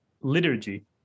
liturgy